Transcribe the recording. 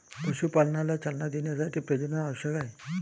पशुपालनाला चालना देण्यासाठी प्रजनन आवश्यक आहे